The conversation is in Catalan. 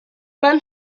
van